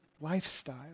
lifestyle